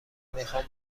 میخوام